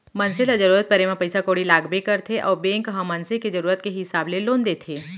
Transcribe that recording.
मनसे ल जरूरत परे म पइसा कउड़ी लागबे करथे अउ बेंक ह मनसे के जरूरत के हिसाब ले लोन देथे